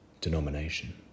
denomination